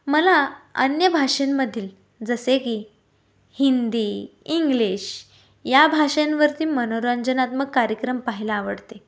मला अन्य भाषेंमधील जसे की हिंदी इंग्लिश या भाषांवरती मनोरंजनात्मक कार्यक्रम पाहायला आवडते